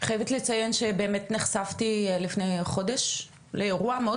אני חייבת לציין שבאמת נחשפתי לפני חודש לאירוע מאוד